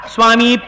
Swami